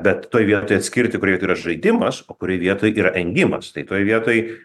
bet toj vietoj atskirti kuris yra žaidimas o kurioj vietoj yra engimas tai toj vietoj